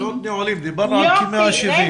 מעונות נעולים, דיברנו על כ-170.